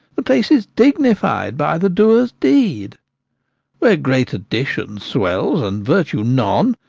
the place is dignified by the doer's deed where great additions swell's, and virtue none,